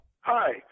Hi